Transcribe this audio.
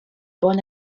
born